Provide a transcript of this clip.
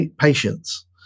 patience